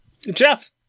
Jeff